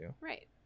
right